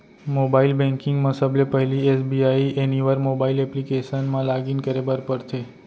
mobile banking म सबले पहिली एस.बी.आई एनिवर मोबाइल एप्लीकेसन म लॉगिन करे बर परथे